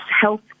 health